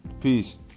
peace